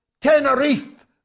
Tenerife